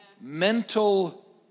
mental